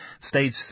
Stage